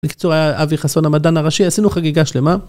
בקיצור היה אבי חסון המדען הראשי, עשינו חגיגה שלמה.